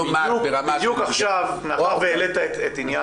לא מה"ט ברמה של --- בדיוק עכשיו מאחר והעלית את עניין מה"ט